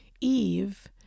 Eve